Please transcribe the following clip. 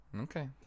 Okay